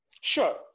Sure